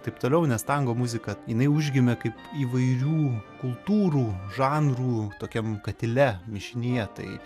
taip toliau nes tango muzika jinai užgimė kaip įvairių kultūrų žanrų tokiam katile mišinyje tai